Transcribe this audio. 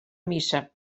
missa